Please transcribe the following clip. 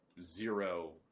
zero